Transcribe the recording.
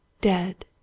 Dead